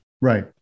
Right